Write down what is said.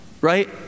Right